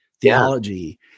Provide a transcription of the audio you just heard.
theology